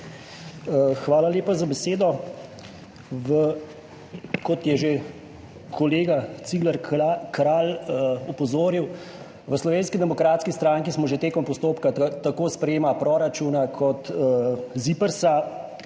Hvala lepa za besedo. Kot je že kolega Cigler Kralj opozoril. V Slovenski demokratski stranki smo že tekom postopka sprejetja tako proračuna kot ZIPRS